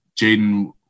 Jaden